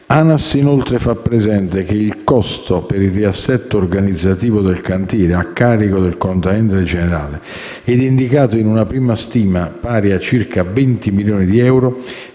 l'ANAS fa presente che il costo per il riassetto organizzativo del cantiere a carico del contraente generale e indicato in una prima stima pari a circa 20 milioni di euro,